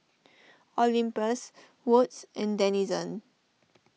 Olympus Wood's and Denizen